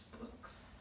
books